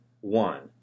One